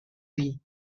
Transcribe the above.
vie